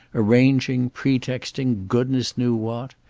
arranging, pretexting goodness knew what,